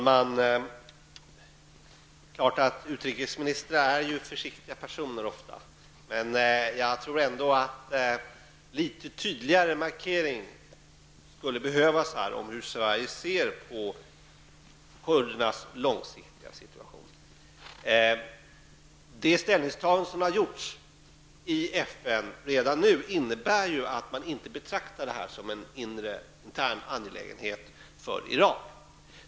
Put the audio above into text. Herr talman! Utrikesministrar är ofta försiktiga personer. Jag tror dock ändå att det skulle behövas en litet tydligare markering om hur Sverige ser på kurdernas långsiktiga situation. Det ställningstagande som redan nu har gjorts i FN innebär att man inte betraktar det här som en inre intern angelägenhet för Iran.